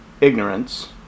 ignorance